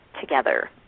together